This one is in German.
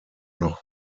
noch